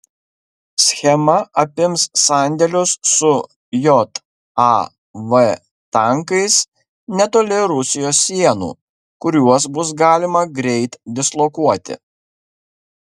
schema apims sandėlius su jav tankais netoli rusijos sienų kuriuos bus galima greit dislokuoti